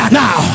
now